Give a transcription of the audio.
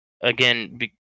again